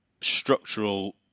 structural